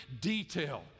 detail